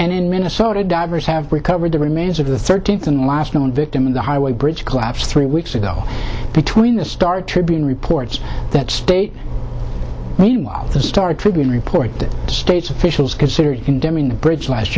and in minnesota divers have recovered the remains of the thirteenth and the last known victim of the highway bridge collapse three weeks ago between the star tribune reports that state meanwhile the star tribune reported that states officials considered condemning the bridge last